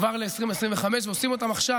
כבר ל-2025 ועושים אותם עכשיו.